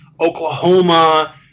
Oklahoma